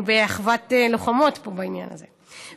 אני באחוות לוחמות פה בעניין הזה,